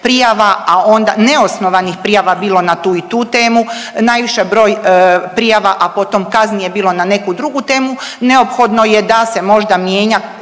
prijava, a onda, neosnovanih prijava bilo na tu i temu, najviše broj prijava, a potom kazni je bilo na neki drugu temu, neophodno je da se možda mijenja